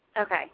Okay